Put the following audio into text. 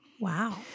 Wow